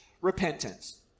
repentance